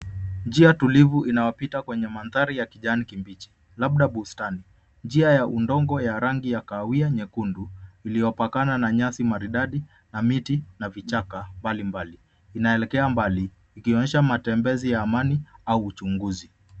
Njia tulivu inayopita kwenye mandhari ya kijani kibichi labda bustani. Njia ya udongo ya rangi ya kahawia nyekundu iliyopakana na nyasi maridadi na miti na vichaka pale mbali. Inaelekea mbali ikionyesha matembezi ya amani au uchunguzi.